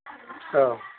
औ